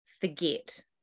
forget